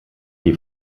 die